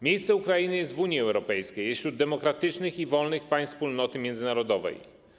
Miejsce Ukrainy jest w Unii Europejskiej, jest wśród demokratycznych i wolnych państw wspólnoty międzynarodowej.